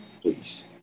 please